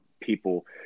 people